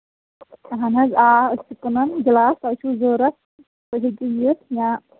اَہن حظ آ أسۍ چھِ کٕنان گِلاس تۄہہِ چھُو ضوٚرتھ تُہۍ ہیٚکِو یِتھ یا